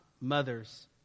mothers